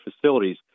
facilities